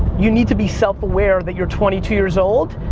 you need to be self-aware that you're twenty two years old,